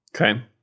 Okay